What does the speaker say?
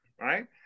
Right